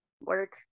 Work